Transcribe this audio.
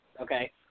okay